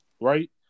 right